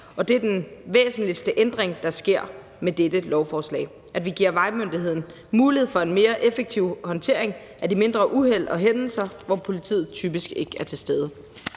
op. Det er den væsentligste ændring, der sker med dette lovforslag – at vi giver vejmyndigheden mulighed for en mere effektiv håndtering af de mindre uheld og hændelser, hvor politiet typisk ikke er til stede.